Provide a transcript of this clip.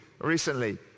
recently